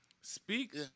speak